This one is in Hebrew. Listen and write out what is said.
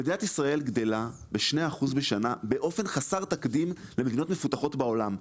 מדינת ישראל גדלה ב-2% בשנה באופן חסר תקדים למדינות מפותחות בעולם.